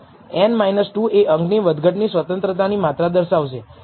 અને અહીંયા n 2 એ અંકની વધઘટ ની સ્વતંત્રતાની માત્રા દર્શાવશે